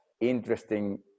interesting